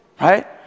Right